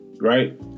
right